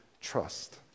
trust